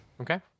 Okay